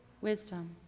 wisdom